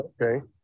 Okay